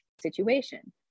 situation